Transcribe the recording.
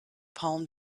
palm